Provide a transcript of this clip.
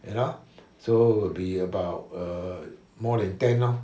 you know so will be about err more than ten lor